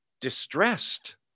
distressed